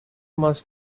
must